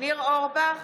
ניר אורבך,